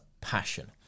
passion